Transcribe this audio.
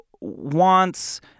wants